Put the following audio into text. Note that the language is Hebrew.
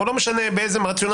או לא משנה מה הרציונל,